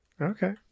Okay